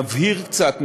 שמבהיר קצת,